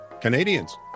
Canadians